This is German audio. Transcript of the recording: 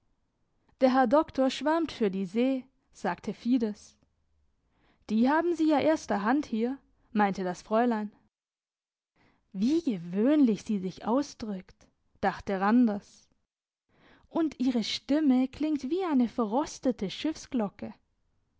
der herr doktor schwärmt für die see sagte fides die haben sie ja erster hand hier meinte das fräulein wie gewöhnlich sie sich ausdrückt dachte randers und ihre stimme klingt wie eine verrostete schiffsglocke